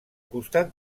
costat